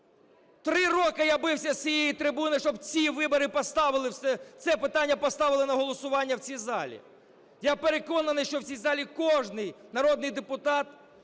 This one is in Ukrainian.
Три роки я бився з цієї трибуни, щоб ці вибори поставили… це питання поставили на голосування в цій залі. Я переконаний, що в цій залі кожний народний депутат…